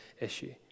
issue